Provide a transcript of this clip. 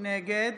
נגד